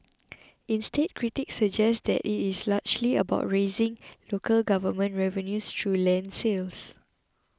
instead critics suggest that it is largely about raising local government revenues through land sales